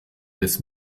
des